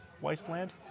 wasteland